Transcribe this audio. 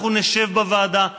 אנחנו נשב בוועדה,